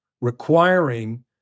requiring